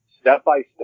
step-by-step